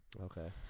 Okay